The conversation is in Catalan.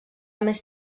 més